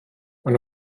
maen